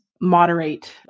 moderate